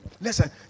Listen